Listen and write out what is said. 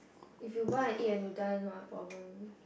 if you but and you eat and you die not my problem